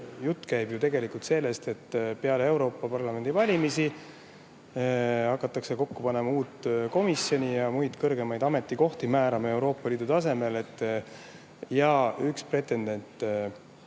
Jutt käib ju tegelikult sellest, et peale Euroopa Parlamendi valimisi hakatakse kokku panema uut komisjoni ja määrama kõrgeid ametikohti Euroopa Liidu tasemel. Üks pretendent